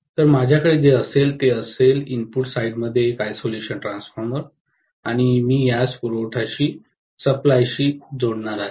तर माझ्याकडे जे असेल ते असे इनपुट साइडमध्ये एक आयसोलेशन ट्रान्सफॉर्मर आहे आणि मी यास पुरवठा जोडणार आहे